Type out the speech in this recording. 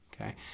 okay